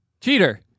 Cheater